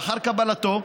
לאחר קבלתו,